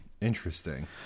Interesting